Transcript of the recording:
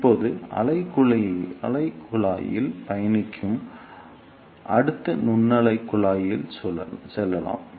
இப்போது அலைக் குழாயில் பயணிக்கும் அடுத்த நுண்ணலைக் குழாயில் செல்லலாம்